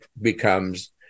becomes